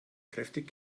kräftig